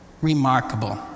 Remarkable